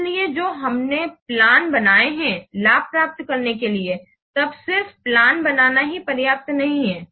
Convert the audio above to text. इसलिए जो हमने प्लान बनाये है लाभ प्राप्त करने के लिए तब सिर्फ प्लान बनाना ही पर्याप्त नहीं है